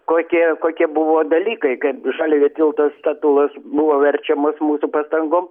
kokie kokie buvo dalykai kaip žaliojo tilto statulos buvo verčiamos mūsų pastangom